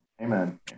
amen